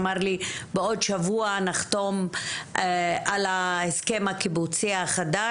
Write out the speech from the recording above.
בעוד שבוע נחתום על ההסכם הקיבוצי החדש.